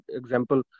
example